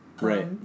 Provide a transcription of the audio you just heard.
Right